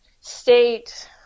state